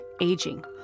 aging